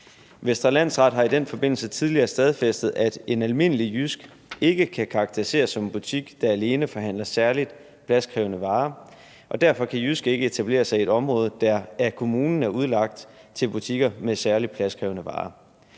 Vestre Landsret har i den forbindelse tidligere stadfæstet, at en almindelig JYSK ikke kan karakteriseres som en butik, der alene forhandler særligt pladskrævende varer, og derfor kan JYSK ikke etablere sig i et område, der af kommunen er udlagt til butikker med særligt pladskrævende varer.